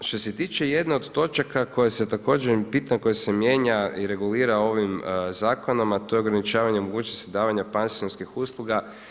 Što se tiče jedne od točaka koja se također, bitno koja se mijenja i regulira ovim zakonom a to je ograničavanje mogućnosti davanja pansionskih usluga.